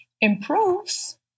improves